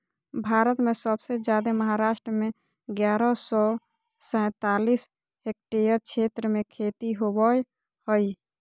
भारत में सबसे जादे महाराष्ट्र में ग्यारह सौ सैंतालीस हेक्टेयर क्षेत्र में खेती होवअ हई